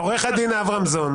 עורך הדין אברמזון,